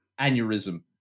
aneurysm